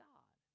God